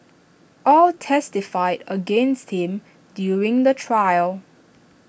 all testified against him during the trial